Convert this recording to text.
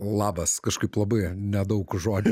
labas kažkaip labai nedaug žodžių